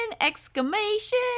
exclamation